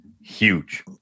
huge